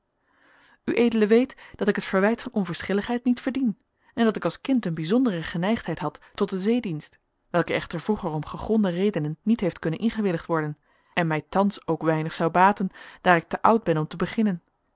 ued weet dat ik het verwijt van onverschilligheid niet verdien en dat ik als kind een bijzondere geneigdheid had tot den zeedienst welke echter vroeger om gegronde redenen niet heeft kunnen ingewilligd worden en mij thans ook weinig zou baten daar ik te oud ben om te beginnen